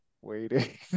waiting